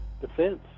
defense